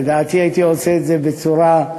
לדעתי הייתי עושה את זה בצורה,